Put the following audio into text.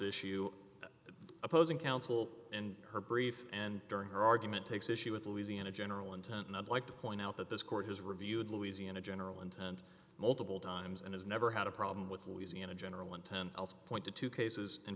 issue opposing counsel and her brief and during her argument takes issue with louisiana general intent i'd like to point out that this court has reviewed louisiana general intent multiple times and has never had a problem with louisiana general and ten point two two cases in